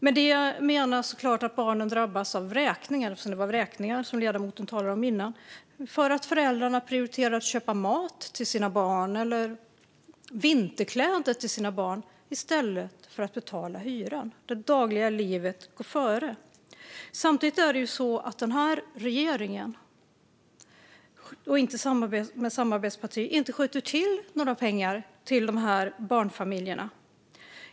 Med det menas såklart att barnen drabbas av vräkningar - eftersom det var vräkningar ledamoten talade om innan - för att föräldrar prioriterar att köpa mat eller vinterkläder till sina barn i stället för att betala hyran, för att det dagliga livet går före. Samtidigt är det ju så att den här regeringen och samarbetspartierna inte skjuter till några pengar till barnfamiljer.